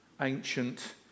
ancient